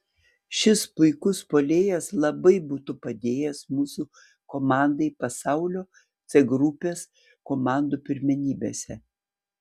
šis puikus puolėjas labai būtų padėjęs mūsų komandai pasaulio c grupės komandų pirmenybėse